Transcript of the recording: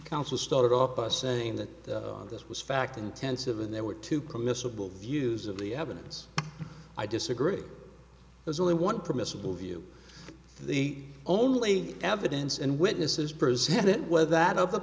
council started off by saying that this was fact intensive and there were two komisar bull views of the evidence i disagree there's only one permissible view the only evidence and witnesses presented was that of the